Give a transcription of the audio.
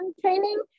training